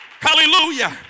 Hallelujah